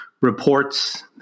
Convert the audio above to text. reports